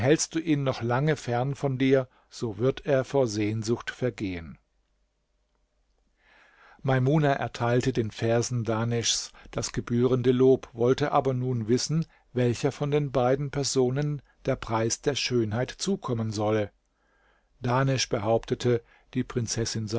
hältst du ihn noch lange fern von dir so wird er vor sehnsucht vergehen maimuna erteilte den versen dahneschs das gebührende lob wollte aber nun wissen welcher von den beiden personen der preis der schönheit zukommen solle dahnesch behauptete die prinzessin